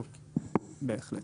בהחלט.